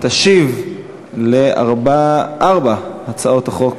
תשיב על ארבע הצעות החוק